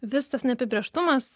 vis tas neapibrėžtumas